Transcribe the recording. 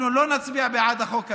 אנחנו לא נצביע בעד החוק הזה,